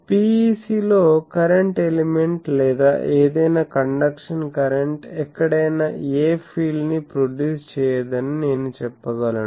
పిఇసిలో current element లేదా ఏదైనా conduction current ఎక్కడైనా ఏ ఫీల్డ్ ని ప్రొడ్యూస్ చేయదని నేను చెప్పగలను